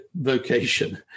vocation